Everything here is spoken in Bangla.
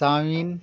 চাাঊমিন